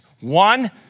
One